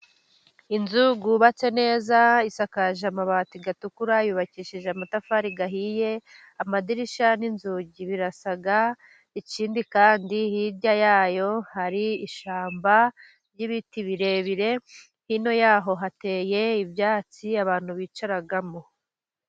Inzu yubatse neza isakaje amabati atukura yubakishije amatafari ahiye, amadirishya n'inzugi birasa. Ikindi kandi hirya yayo hari ishyamba ry'ibiti birebire hino yaho hateye ibyatsi abantu bicaramo.